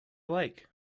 like